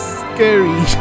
scary